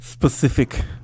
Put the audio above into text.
specific